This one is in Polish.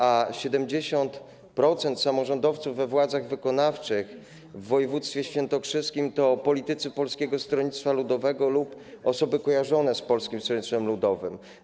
A 70% samorządowców we władzach wykonawczych w woj. świętokrzyskim to politycy Polskiego Stronnictwa Ludowego lub osoby kojarzone w Polskim Stronnictwem Ludowym.